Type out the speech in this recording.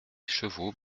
chevaux